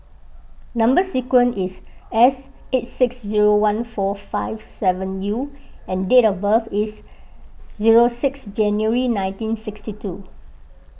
Number Sequence is S eight six zero one four five seven U and date of birth is zero six January nineteen sixty two